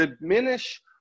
diminish